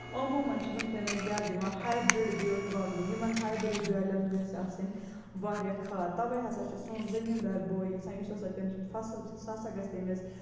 عموٗمَن چھ وٕنکیٚنس زیادٕ دِوان ہاے بریڈ بیٲلۍ وَونہٕ یِمن ہاے بریڈ بیالین گژھِ آسٕنۍ واریاہ کھاد تَوے ہسا چھُ سون زٔمیٖن دار بوے یَژھان یُسا ہسا تٔمِس سُند فَصٕل چھُ سُہ ہسا گژھِ تٔمِس